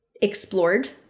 explored